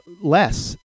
less